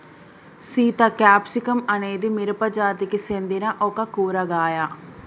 Sita capsicum అనేది మిరపజాతికి సెందిన ఒక కూరగాయ